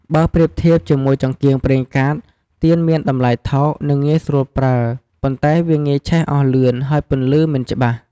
បើប្រៀបធៀបជាមួយចង្កៀងប្រេងកាត ទៀនមានតម្លៃថោក និងងាយស្រួលប្រើ ប៉ុន្តែវាងាយឆេះអស់លឿន ហើយពន្លឺមិនច្បាស់។